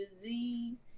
disease